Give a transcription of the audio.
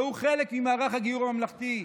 והוא חלק ממערך הגיור הממלכתי.